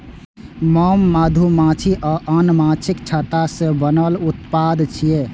मोम मधुमाछी आ आन माछीक छत्ता सं बनल उत्पाद छियै